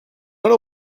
know